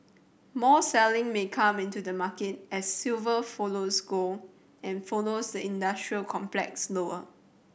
more selling may come into the market as silver follows gold and follows the industrial complex lower